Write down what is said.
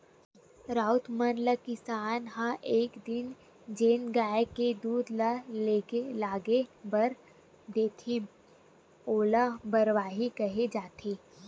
राउत मन ल किसान ह एक दिन जेन गाय के दूद ल लेगे बर देथे ओला बरवाही केहे जाथे